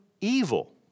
evil